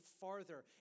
farther